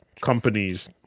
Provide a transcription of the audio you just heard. companies